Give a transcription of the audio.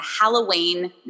Halloween